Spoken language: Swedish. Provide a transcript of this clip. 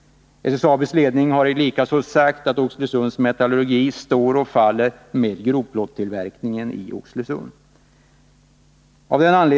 SSAB:s ledning har likaså sagt att Oxelösunds metallurgi står och faller med grovplåttillverkningen i Oxelösund.